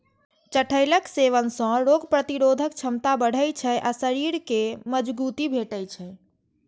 चठैलक सेवन सं रोग प्रतिरोधक क्षमता बढ़ै छै आ शरीर कें मजगूती भेटै छै